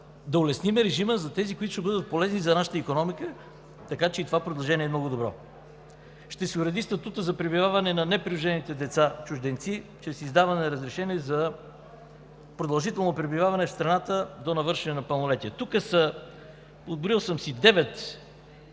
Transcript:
да улесним режима за онези, които ще бъдат полезни за нашата икономика. Така че и това предложение е много добро. Ще се уреди статутът за пребиваване на непридружените деца чужденци чрез издаване на разрешение за продължително пребиваване в страната до навършване на пълнолетие. Отброил съм си